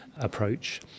Approach